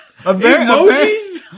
emojis